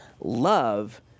Love